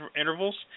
intervals